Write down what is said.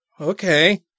okay